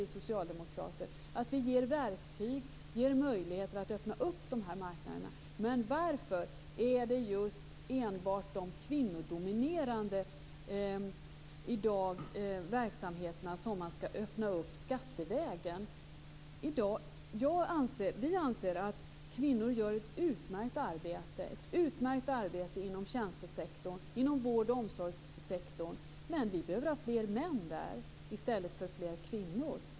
Vi socialdemokrater anser att vi ger verktyg och möjligheter att öppna de här marknaderna. Varför är det enbart de i dag kvinnodominerade verksamheterna som man skall öppna skattevägen? Vi anser att kvinnor gör ett utmärkt arbete inom tjänstesektorn, inom vård och omsorgssektorn. Men vi behöver ha fler män där i stället för fler kvinnor.